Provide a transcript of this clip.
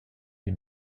des